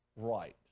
right